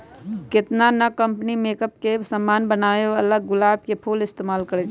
केतना न company makeup के समान बनावेला गुलाब के फूल इस्तेमाल करई छई